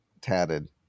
tatted